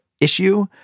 Issue